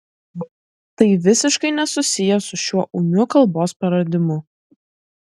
tai visiškai nesusiję su šiuo ūmiu kalbos praradimu